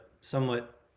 somewhat